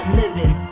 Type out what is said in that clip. living